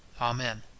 amen